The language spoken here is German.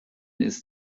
ist